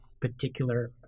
particular